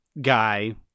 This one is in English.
guy